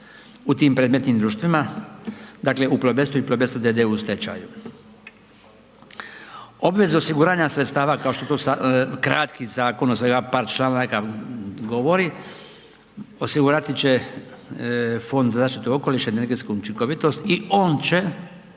u tim predmetnim društvima, dakle u Plobest i Plobest d.d. u stečaju. Obvezu osiguranja sredstava kao što to, kratki zakon od svega par članaka govori, osigurati će Fond za zaštitu okoliša i energetsku učinkovitost i on će